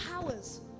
powers